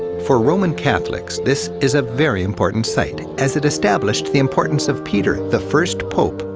for roman catholics, this is a very important site, as it established the importance of peter, the first pope,